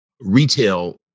retail